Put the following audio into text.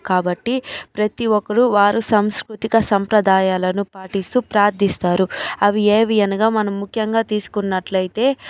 కాబట్టి ప్రతీ ఒక్కరు వారు సాంస్కృతిక సంప్రదాయాలను పాటిస్తూ ప్రార్థిస్తారు అవి ఏవి అనగా మనం ముఖ్యంగా తీసుకున్నట్లయితే